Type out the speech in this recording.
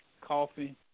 coffee